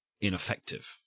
ineffective